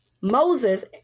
moses